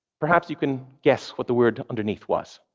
perhaps you can guess what the word underneath was.